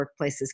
workplaces